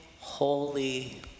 holy